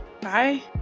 Bye